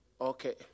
Okay